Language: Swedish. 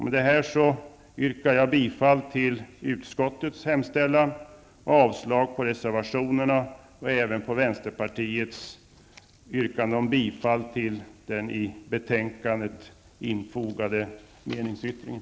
Med det anförda yrkar jag bifall till utskottets hemställan och avslag på reservationerna och på vänsterpartiets yrkande om bifall till den i betänkandet infogade meningsyttringen.